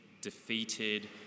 defeated